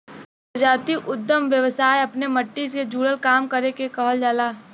प्रजातीय उद्दम व्यवसाय अपने मट्टी से जुड़ल काम करे के कहल जाला